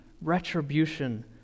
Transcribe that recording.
retribution